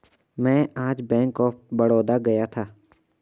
मैं आज bank of Baroda गया था